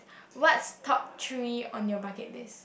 what's top three on your bucket list